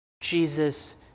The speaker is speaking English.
Jesus